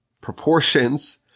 proportions